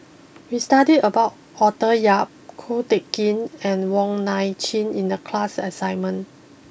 we studied about Arthur Yap Ko Teck Kin and Wong Nai Chin in the class assignment